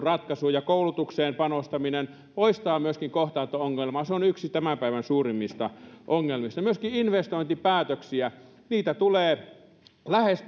ratkaisu ja koulutukseen panostaminen poistaa myöskin kohtaanto ongelmaa se on yksi tämän päivän suurimmista ongelmista myöskin investointipäätöksiä tulee lähes